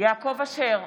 יעקב אשר,